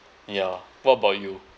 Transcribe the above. ya what about you